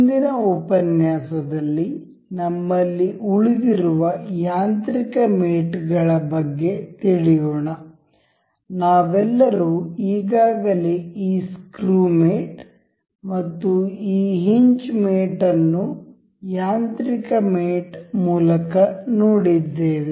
ಮುಂದಿನ ಉಪನ್ಯಾಸದಲ್ಲಿ ನಮ್ಮಲ್ಲಿ ಉಳಿದಿರುವ ಯಾಂತ್ರಿಕ ಮೇಟ್ ಗಳ ಬಗ್ಗೆ ತಿಳಿಯೋಣ ನಾವೆಲ್ಲರೂ ಈಗಾಗಲೇ ಈ ಸ್ಕ್ರೂ ಮೇಟ್ ಮತ್ತು ಈ ಹಿಂಜ್ ಮೇಟ್ ಅನ್ನು ಯಾಂತ್ರಿಕ ಮೇಟ್ ಮೂಲಕ ನೋಡಿದ್ದೇವೆ